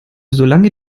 solange